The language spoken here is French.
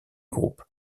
groupe